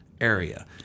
area